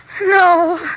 No